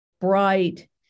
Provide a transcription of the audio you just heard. bright